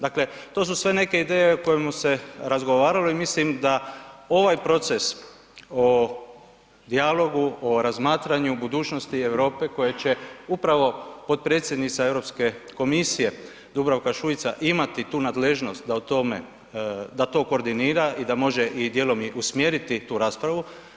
Dakle to su sve neke ideje o kojima se razgovaralo i mislim da ovaj proces o dijalogu, o razmatranju budućnosti Europe koje će upravo potpredsjednica Europske komisije Dubravka Šuica imati tu nadležnost da to koordinira i da može usmjeriti tu raspravu.